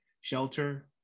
shelter